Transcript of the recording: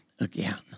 again